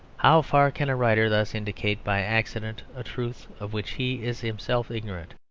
how far can a writer thus indicate by accident a truth of which he is himself ignorant?